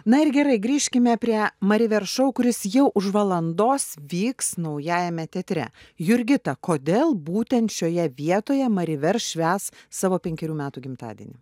na ir gerai grįžkime prie mari ver šou kuris jau už valandos vyks naujajame teatre jurgita kodėl būtent šioje vietoje mari ver švęs savo penkerių metų gimtadienį